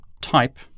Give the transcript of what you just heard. type